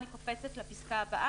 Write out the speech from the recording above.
אני קופצת לפסקה הבאה,